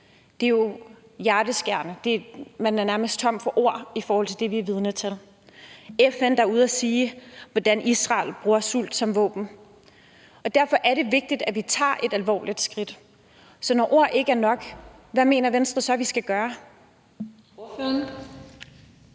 Det er jo hjerteskærende. Man er nærmest tom for ord for det, vi er vidne til. FN er ude at sige, hvordan Israel bruger sult som våben. Derfor er det vigtigt, at vi tager et alvorligt skridt. Så når ord ikke er nok, hvad mener Venstre så vi skal gøre? Kl.